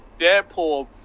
Deadpool